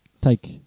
Take